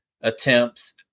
attempts